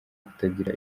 kutagira